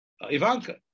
Ivanka